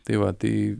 tai va tai